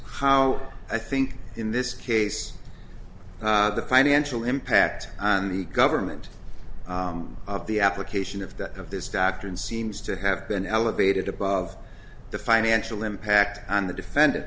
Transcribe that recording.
how i think in this case the financial impact on the government the application of the of this doctrine seems to have been elevated above the financial impact on the defendant